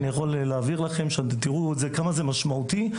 אני יכול להעביר לכם שתראו כמה זה משמעותי.